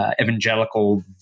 evangelical